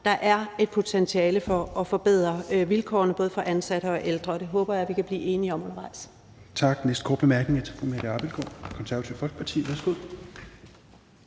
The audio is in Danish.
Der er et potentiale for at forbedre vilkårene for både ansatte og ældre, og det håber jeg at vi kan blive enige om undervejs.